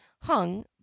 hung